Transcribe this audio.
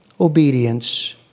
obedience